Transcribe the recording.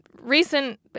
recent